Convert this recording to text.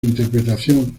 interpretación